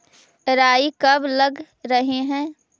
राई कब लग रहे है?